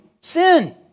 sin